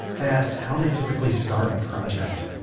i asked how they typically start a project.